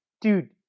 dude